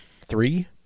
three